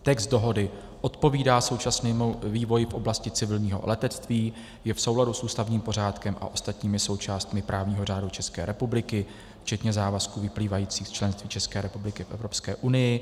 Text dohody odpovídá současnému vývoji v oblasti civilního letectví, je v souladu s ústavním pořádkem a ostatními součástmi právního řádu České republiky včetně závazků vyplývajících z členství České republiky v Evropské unii.